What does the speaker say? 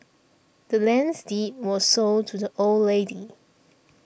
the land's deed was sold to the old lady